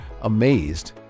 amazed